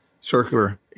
circular